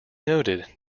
noted